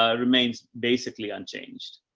ah remains basically unchanged.